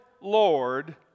Lord